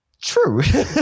true